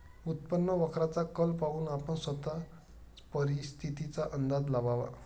उत्पन्न वक्राचा कल पाहून आपण स्वतःच परिस्थितीचा अंदाज लावावा